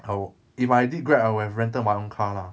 I will if I did Grab I will have rented my own car lah